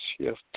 shift